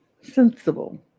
Sensible